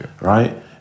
right